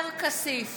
אינו נוכח יריב